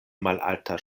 malalta